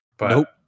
Nope